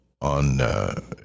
on